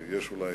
ויש אולי